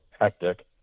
hectic